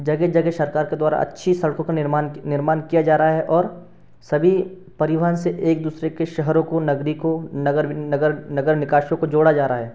जगह जगह सरकार के द्वारा अच्छी सड़कों का निर्माण निर्माण किया जा रहा है और सभी परिवहन से एक दूसरे के शहरों को नगरी को नगर नगर नगर निकायों को जोड़ा जा रहा है